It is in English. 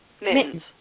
mittens